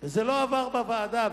זה לא עבר בוועדה.